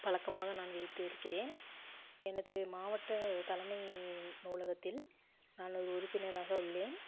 பழக்கமாக நான் வைத்திருக்கிறேன் எனது மாவட்ட தலைமை நூலகத்தில் நான் ஒரு உறுப்பினராக உள்ளேன்